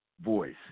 voice